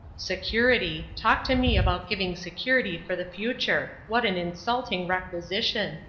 security! talk to me about giving security for the future what an insulting requisition!